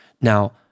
Now